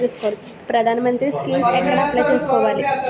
ప్రధాన మంత్రి స్కీమ్స్ ఎక్కడ అప్లయ్ చేసుకోవాలి?